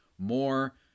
More